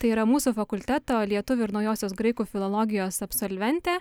tai yra mūsų fakulteto lietuvių ir naujosios graikų filologijos absolventė